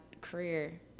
career